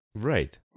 Right